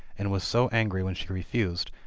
and was so angry when she refused,